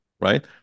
right